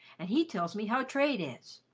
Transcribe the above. and he tells me how trade is.